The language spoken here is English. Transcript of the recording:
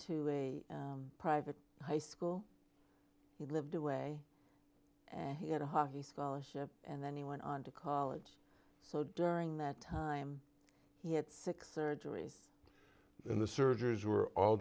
a private high school he lived away and he had a hockey scholarship and then he went on to college so during that time he had six surgeries and the surgeries were all